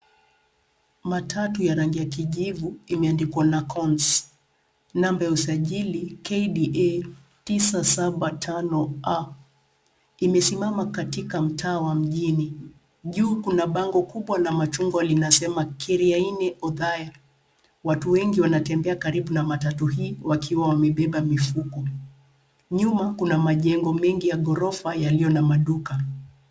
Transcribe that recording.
Matatu ya rangi ya kijivu imeandikwa Nakons, namba ya usajili, KDA 975A. Imesimama katika mtaa wa mjini. Juu kuna bango kubwa la machungwa linasema Kiariani, Othaya. Watu wengi wanatembea karibu na matatu hii wakiwa wamebeba mifuko. Nyuma, kuna majengo mengi ya ghorofa yaliyo na maduka.